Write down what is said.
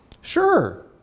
Sure